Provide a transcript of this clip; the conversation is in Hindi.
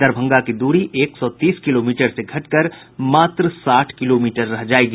दरभंगा की दूरी एक सौ तीस किलोमीटर से घटकर मात्र साठ किलोमीटर रह जायेगी